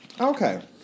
Okay